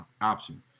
option